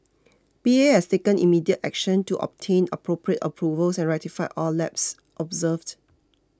P A has taken immediate action to obtain appropriate approvals and rectify all lapses observed